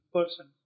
Person